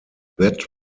that